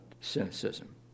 cynicism